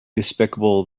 despicable